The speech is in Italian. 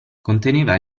conteneva